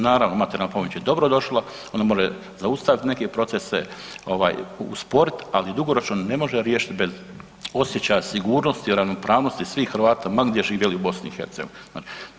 Naravno, materijalna pomoć je dobrodošla, ona može zaustaviti neke procese, usporit ali dugoročno ne može riješiti bez osjećaja sigurnosti i ravnopravnosti svih Hrvata ma gdje živjeli u BiH-u.